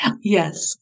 yes